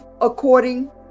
According